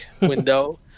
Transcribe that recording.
window